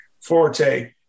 forte